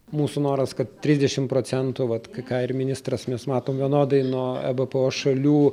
mūsų noras kad trisdešimt procentų vat ką ir ministras mes matome vienodai nuo ebpo šalių